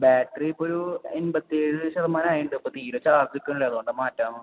battery ഇപ്പോൾ ഒരു എൺപത്തിയേഴ് ശതമാനം ആയുണ്ട് അപ്പോൾ തീരെ ചാർജ് നിക്കണില്ല അതുകൊണ്ട് മാറ്റാൻ